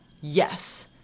yes